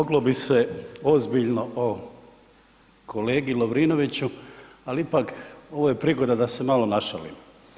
Moglo bi se ozbiljno o kolegi Lovrinoviću, al ipak ovo je prigoda da se malo našalimo.